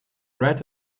red